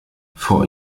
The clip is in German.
vor